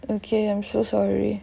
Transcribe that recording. okay I'm so sorry